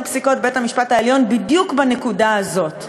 פסיקות בית-המשפט העליון בדיוק בנקודה הזאת.